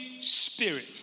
spirit